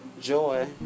joy